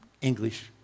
English